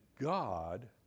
God